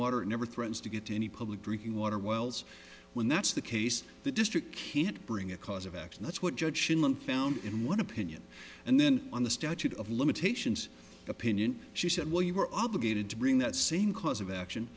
water never threatens to get any public drinking water wells when that's the case the district can't bring a cause of action that's what judge sheindlin found in one opinion and then on the statute of limitations opinion she said well you were other gaited to bring that same cause of action